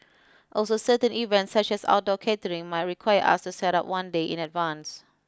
also certain events such as outdoor catering might require us to set up one day in advance